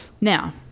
Now